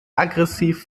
aggressiv